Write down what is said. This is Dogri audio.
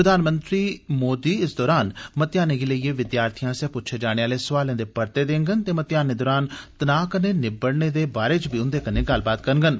प्रधानमंत्री मोदी इस दौरान मतेयानें गी लेइयै विद्यार्थिएं आस्सेआ पुच्छे जाने आले सोआलें दे परते देंगन ते मतेयानें दौरान तनाऽ कन्नै निबड़ने दे बारै च उन्दे कन्नै गल्लबात करगन